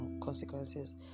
consequences